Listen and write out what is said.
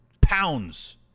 pounds